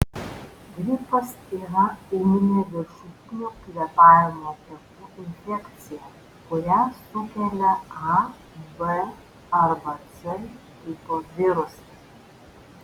gripas yra ūminė viršutinių kvėpavimo takų infekcija kurią sukelia a b arba c tipo virusai